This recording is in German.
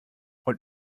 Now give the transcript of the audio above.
und